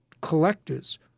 collectors